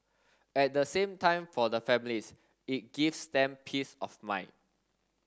at the same time for the families it gives them peace of mind